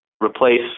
Replace